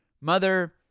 mother